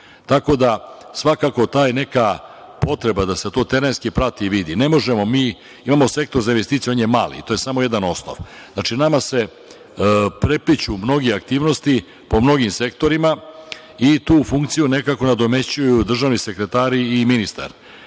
da svakako ta neka potreba da se to terenski prati i vidi, ne možemo mi… Imamo Sektor za investicije mali. To je samo jedan osnov. Znači, nama se prepliću mnoge aktivnosti po mnogim sektorima i tu funkciju nekako nadomešćuju državni sekretari i ministar.